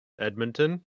Edmonton